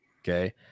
okay